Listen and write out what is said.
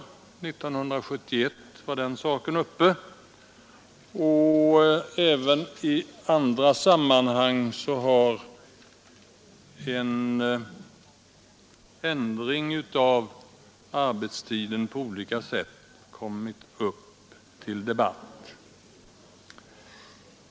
Saken var uppe år 1971, och även i andra sammanhang har en ändring av arbetstiden på olika sätt kommit upp till debatt.